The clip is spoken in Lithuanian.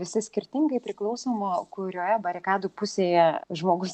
visi skirtingai priklauso nuo kurioje barikadų pusėje žmogus